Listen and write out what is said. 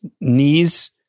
knees